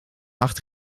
acht